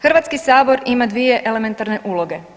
Hrvatski sabor ima dvije elementarne uloge.